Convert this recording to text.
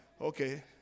Okay